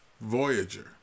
Voyager